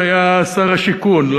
כשהוא היה שר השיכון,